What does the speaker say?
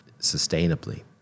sustainably